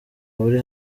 buri